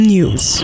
News